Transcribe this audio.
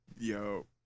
Yo